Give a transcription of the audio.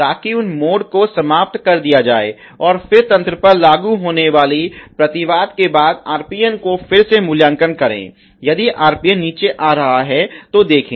ताकि उन मोड को समाप्त कर दिया जाए और फिर तंत्र पर लागू होने वाली प्रतिवाद के बाद RPN को फिर से मूल्यांकन करें यदि RPN नीचे आ रहा है तो देखें